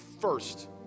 first